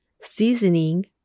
seasoning